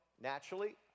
naturally